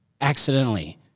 accidentally